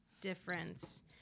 difference